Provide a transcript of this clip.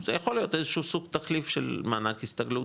זה יכול להיות איזשהו סוג תחליף של מענק הסתגלות,